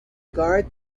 guard